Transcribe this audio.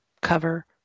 cover